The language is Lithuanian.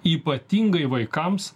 ypatingai vaikams